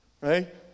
right